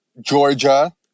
Georgia